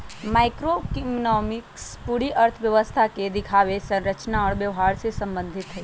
macroeconomics पूरी अर्थव्यवस्था के दिखावे, संरचना और व्यवहार से संबंधित हई